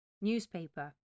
newspaper